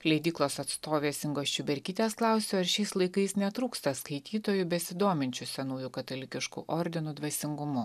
leidyklos atstovės ingos čiuberkytės klausiu ar šiais laikais netrūksta skaitytojų besidominčių senųjų katalikiškų ordinų dvasingumu